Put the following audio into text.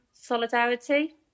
Solidarity